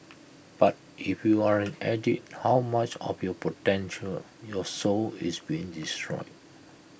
but if you're an addict how much of your potential your soul is being destroyed